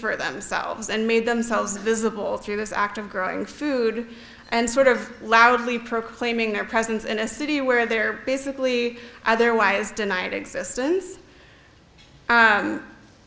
for themselves and made themselves visible through this act of growing food and sort of loudly proclaiming their presence in a city where they're basically otherwise denied existence